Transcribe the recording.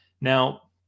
Now